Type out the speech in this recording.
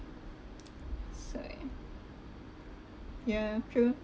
so ya ya true